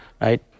Right